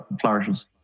flourishes